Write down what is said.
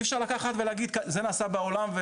אי אפשר לקחת ולהגיד זה נעשה בעולם,